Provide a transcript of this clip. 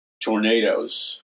tornadoes